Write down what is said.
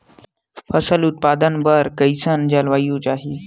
फसल उत्पादन बर कैसन जलवायु चाही?